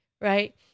right